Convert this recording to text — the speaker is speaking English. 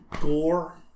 gore